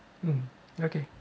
mm okay